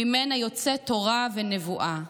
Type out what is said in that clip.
שממנה יוצאת תורה ונבואה,